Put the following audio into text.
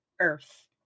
earth